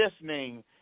listening